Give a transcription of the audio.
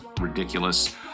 ridiculous